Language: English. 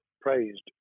praised